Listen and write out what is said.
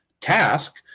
task